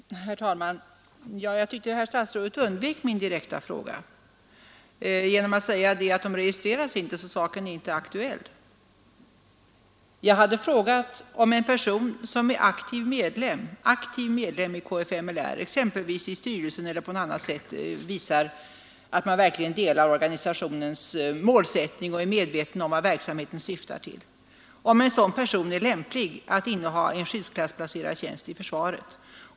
Herr talman! Jag tycker att statsrådet undvek min fråga genom att säga att de registreras inte, och därför är saken inte aktuell. Jag frågade om en person som är aktiv medlem i kfml, exempelvis i styrelsen eller som på annat sätt visar att han verkligen delar organisationens målsättning och är medveten om vad verksamheten syftar till, är lämplig att inneha en skyddsklassplacerad tjänst i försvaret.